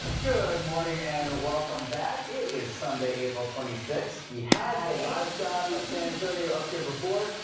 good morning and welcome back it is sunday april twenty six we had a live shot of san antonio up here before.